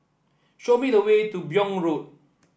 show me the way to Buyong Road